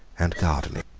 and gardening.